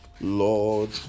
Lord